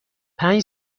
پنج